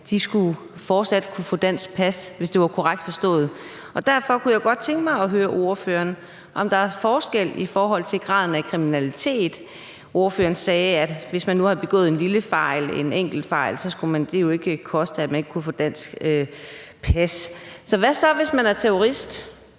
skulle kunne få dansk pas – hvis det var korrekt forstået. Derfor kunne jeg godt tænke mig at høre ordføreren, om der er forskel på graden af kriminalitet. Ordføreren sagde, at hvis man nu havde begået en lille fejl, en enkelt fejl, skulle det jo ikke koste muligheden for at få dansk pas. Men hvad så, hvis man er terrorist?